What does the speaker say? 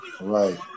Right